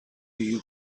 you